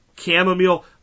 Chamomile